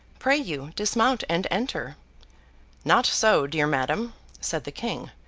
pray you dismount and enter not so, dear madam said the king.